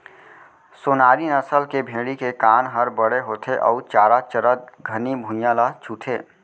सोनारी नसल के भेड़ी के कान हर बड़े होथे अउ चारा चरत घनी भुइयां ल छूथे